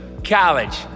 college